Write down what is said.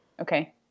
Okay